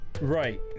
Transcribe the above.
Right